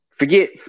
Forget